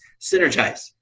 synergize